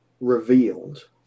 revealed